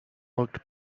looked